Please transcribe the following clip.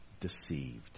deceived